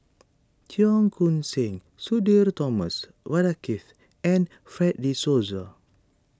Cheong Koon Seng Sudhir Thomas Vadaketh and Fred De Souza